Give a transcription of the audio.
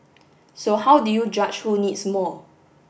so how do you judge who needs more